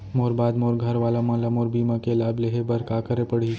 मोर बाद मोर घर वाला मन ला मोर बीमा के लाभ लेहे बर का करे पड़ही?